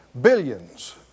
billions